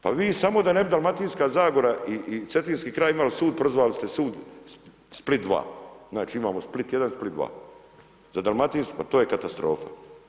Pa vi samo da ne bi Dalmatinska zagora i cetinski kraj imali sud, prozvali ste sud Split 2. Znači imamo Split 1 i Split 2. Za Dalmatinsku, pa to je katastrofa!